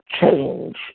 change